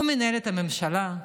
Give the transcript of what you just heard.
הוא מנהל את הממשלה,